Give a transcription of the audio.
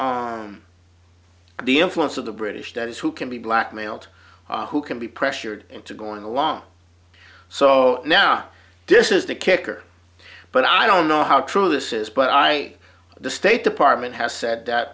the influence of the british that is who can be blackmailed who can be pressured into going along so now this is the kicker but i don't know how true this is but i the state department has said that